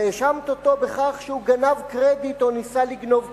והאשמת אותו בכך שהוא גנב קרדיט או ניסה לגנוב קרדיט.